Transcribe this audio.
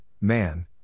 man